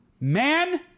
Man